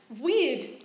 weird